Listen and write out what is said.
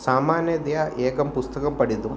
सामान्यतया एकं पुस्तकं पठितुम्